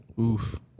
Oof